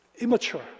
immature